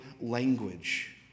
language